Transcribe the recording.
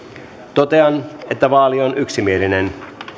totean että vaali on yksimielinen